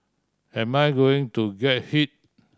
am I going to get hit